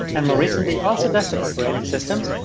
and more recently also desktop operating systems,